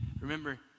remember